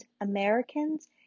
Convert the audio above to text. Americans